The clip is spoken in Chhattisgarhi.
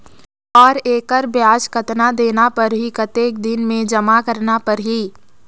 और एकर ब्याज कतना देना परही कतेक दिन मे जमा करना परही??